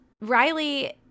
riley